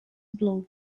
blue